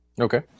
Okay